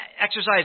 exercise